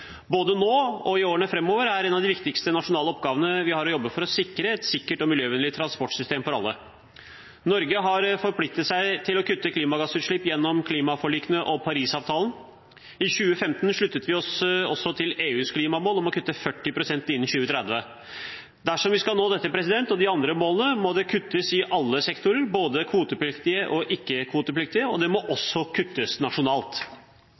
Både nå og i årene framover er en av de viktigste nasjonale oppgavene vi har, å jobbe for å sikre et sikkert og miljøvennlig transportsystem for alle. Norge har forpliktet seg til å kutte klimagassutslipp gjennom klimaforlikene og Paris-avtalen. I 2015 sluttet vi oss også til EUs klimamål om å kutte 40 pst. innen 2030. Dersom vi skal nå dette – og de andre målene – må det kuttes i alle sektorer, både i kvotepliktige og ikke-kvotepliktige, og det må også kuttes nasjonalt.